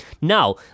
now